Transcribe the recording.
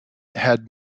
had